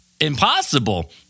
impossible